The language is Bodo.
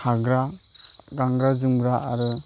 थाग्रा गानग्रा जोमग्रा आरो